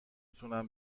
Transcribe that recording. تونم